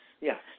Yes